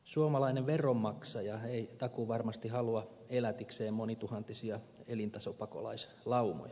suomalainen veronmaksaja ei takuuvarmasti halua elätikseen monituhantisia elintasopakolaislaumoja